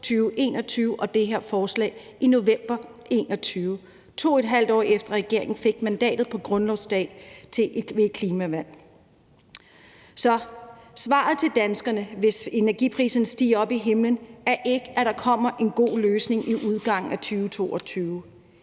vi med det her forslag i november 2021 – 2½ år efter regeringen fik mandatet på grundlovsdag ved et klimavalg. Så svaret til danskerne, hvis energipriserne stiger op i himlen, er ikke, at der kommer en god løsning med udgangen af 2022.